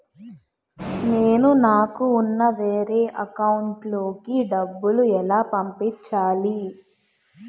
నేను నాకు ఉన్న వేరే అకౌంట్ లో కి డబ్బులు ఎలా పంపించాలి?